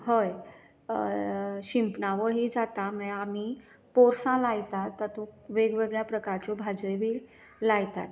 हय शिंपणावळ ही जाता मागीर आमी पोरसां लायतात तातूंत वेगवेगळ्या प्रकारच्या भाज्योय बी लायतात